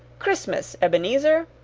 christmas, ebenezer!